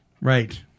right